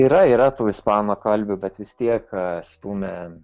yra yra tų ispanakalbių tad vis tiek stumia